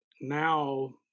now